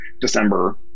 December